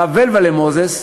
הרב ולוול'ה מוזס,